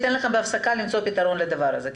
אתן לכם בהפסקה למצוא פתרון לדבר הזה.